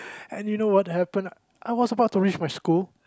and you know what happened I was about to reach my school